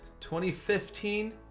2015